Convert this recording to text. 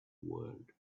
world